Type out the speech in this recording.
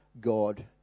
God